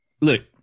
look